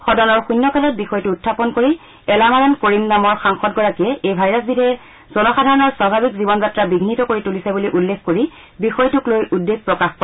সদনৰ শূন্য কালত বিষয়টো উখাপন কৰি এলামাৰন কৰিম নামৰ সাংসদগৰাকীয়ে এই ভাইৰাছবিধে জনসাধাৰণৰ স্বাভাৱিক জীৱন যাত্ৰা বিঘ্নিত কৰি তুলিছে বুলি উল্লেখ কৰি বিষয়টোক লৈ উদ্বেগ প্ৰকাশ কৰে